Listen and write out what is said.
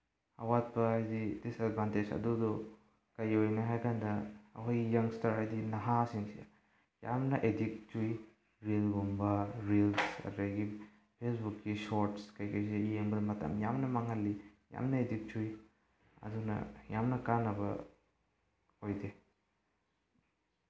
ꯑꯋꯥꯠꯄ ꯍꯥꯏꯗꯤ ꯗꯤꯁꯑꯦꯗꯚꯥꯟꯇꯦꯖ ꯑꯗꯨꯗꯨ ꯀꯔꯤ ꯑꯣꯏꯅꯤ ꯍꯥꯏꯔꯀꯥꯟꯗ ꯑꯩꯈꯣꯏꯒꯤ ꯌꯪꯁꯇꯔ ꯍꯥꯏꯗꯤ ꯅꯍꯥ ꯁꯤꯡꯁꯦ ꯌꯥꯝꯅ ꯑꯦꯗꯤꯛ ꯆꯨꯏ ꯔꯤꯜꯒꯨꯝꯕ ꯔꯤꯜꯁ ꯑꯗꯒꯤ ꯐꯦꯁꯕꯨꯛꯀꯤ ꯁꯣꯔꯠꯁ ꯀꯔꯤ ꯀꯔꯤꯁꯦ ꯌꯦꯡꯕꯗ ꯃꯇꯝ ꯌꯥꯝꯅ ꯃꯥꯡꯍꯟꯂꯤ ꯌꯥꯝꯅ ꯑꯦꯗꯤꯛ ꯆꯨꯏ ꯑꯗꯨꯅ ꯌꯥꯝꯅ ꯀꯥꯟꯅꯕ ꯑꯣꯏꯗꯦ